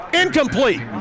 Incomplete